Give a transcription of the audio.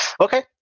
Okay